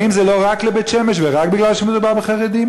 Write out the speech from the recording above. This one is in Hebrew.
האם זה לא רק לבית-שמש ורק מפני שמדובר בחרדים?